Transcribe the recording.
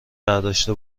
برداشته